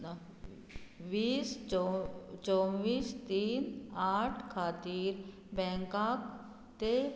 वीस चो चोवीस तीन आठ खातीर बँकाक ते